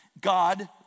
God